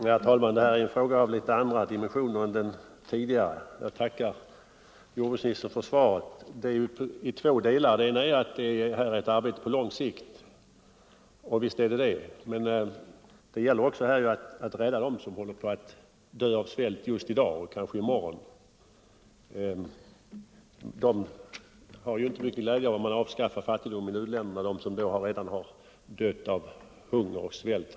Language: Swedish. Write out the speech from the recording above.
Herr talman! Det här är en fråga av litet andra dimensioner än den förra. Jag tackar jordbruksministern för svaret, som består av två delar. Den ena innebär att det här är ett arbete på lång sikt — visst är det så. Men 87 det gäller också att rädda dem som håller på att dö av svält just i dag och kanske i morgon. De har ju inte mycket glädje av om man avskaffar fattigdomen i u-länderna — de har då redan dött av hunger och svält.